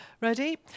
Ready